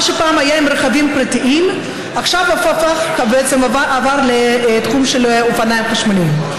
מה שפעם היה עם רכבים פרטיים עכשיו בעצם עבר לתחום האופניים החשמליים.